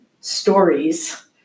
stories